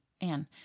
Anne